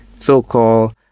so-called